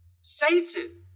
Satan